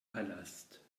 palast